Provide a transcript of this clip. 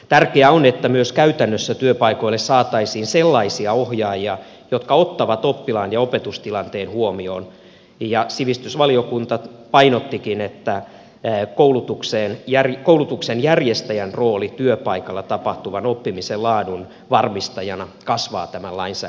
tärkeää on että myös käytännössä työpaikoille saataisiin sellaisia ohjaajia jotka ottavat oppilaan ja opetustilanteen huomioon ja sivistysvaliokunta painottikin että koulutuksen järjestäjän rooli työpaikalla tapahtuvan oppimisen laadun varmistajana kasvaa tämän lainsäädännön myötä